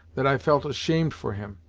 that i felt ashamed for him!